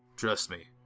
trust me,